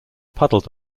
puddle